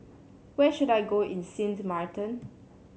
where should I go in Sint Maarten